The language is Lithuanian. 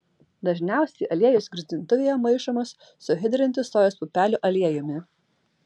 dažniausiai aliejus gruzdintuvėje maišomas su hidrintu sojos pupelių aliejumi